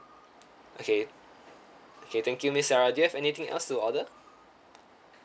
okay okay thank you miss sarah do you have anything else to order